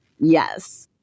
Yes